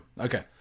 Okay